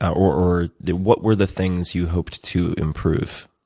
or what were the things you hoped to improve?